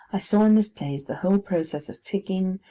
i saw in this place the whole process of picking,